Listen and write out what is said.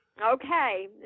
Okay